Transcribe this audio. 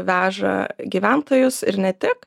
veža gyventojus ir ne tik